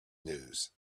news